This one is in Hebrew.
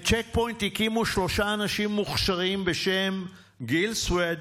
את צ'ק פוינט הקימו שלושה אנשים מוכשרים בשם גיל שויד,